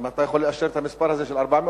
אתה יכול לאשר את המספר הזה של 400,